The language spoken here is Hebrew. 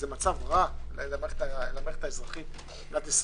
זה מצב רע למערכת האזרחית במדינת ישראל.